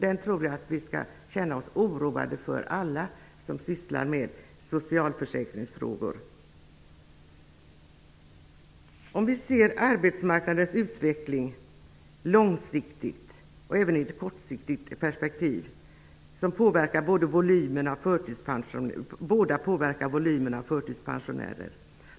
Det tycker jag att vi alla som sysslar med socialförsäkringsfrågor skall känna oss oroade för. Arbetsmarknadens utveckling i ett långsiktigt och ett kortsiktigt perspektiv påverkar volymen av förtidspensionärer.